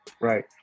Right